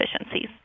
efficiencies